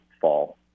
fall